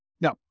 Now